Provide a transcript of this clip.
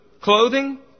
clothing